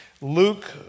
Luke